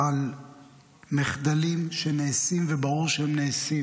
על מחדלים שנעשים, וברור שהם נעשים,